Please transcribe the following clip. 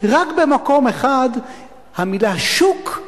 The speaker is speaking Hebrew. רק במקום אחד המלה "שוק"